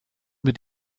mit